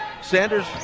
Sanders